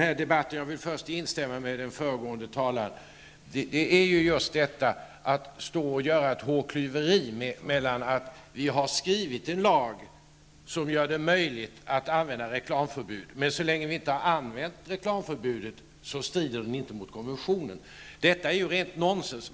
Fru talman! Jag vill först instämma med föregående talare. Den här debatten innebär att man gör ett hårklyveri av att vi har skrivit en lag som gör det möjligt att använda reklamförbud men att lagen, så länge vi inte har använt reklamförbudet, inte strider mot konventionen. Detta är ju rent nonsens!